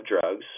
drugs